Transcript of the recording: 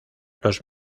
los